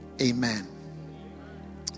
Amen